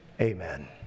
Amen